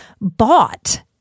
bought